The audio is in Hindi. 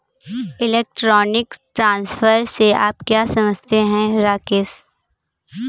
इलेक्ट्रॉनिक ट्रांसफर से आप क्या समझते हैं, राकेश?